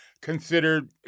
considered